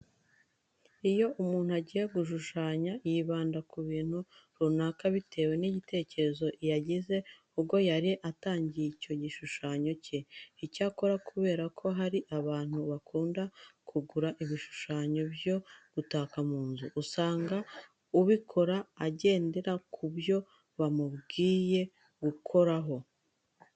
Iyo umuntu ari gushushanya yibanda ku bintu runaka bitewe n'igitekerezo yagize ubwo yari atangiye icyo gishushyanyo cye. Icyakora kubera ko hari abantu bakunda kugura ibishushanyo byo gutaka mu nzu, usanga ubikora agendera ku byo bamubwiye gukoraho.